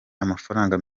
amafaranga